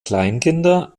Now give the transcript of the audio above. kleinkinder